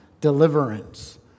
deliverance